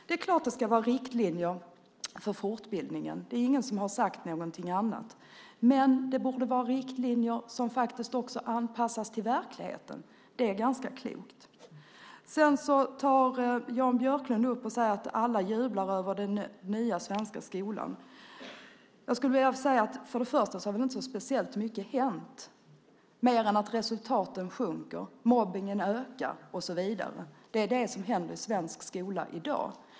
Det är klart att det ska vara riktlinjer för fortbildningen. Det är ingen som har sagt något annat. Men det borde vara riktlinjer som faktiskt också anpassas till verkligheten. Det är ganska klokt. Sedan säger Jan Björklund att alla jublar över den nya svenska skolan. Jag skulle först och främst vilja säga att så speciellt mycket har väl inte hänt mer än att resultaten sjunker, mobbningen ökar och så vidare. Det är det som händer i svensk skola i dag.